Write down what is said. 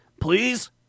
Please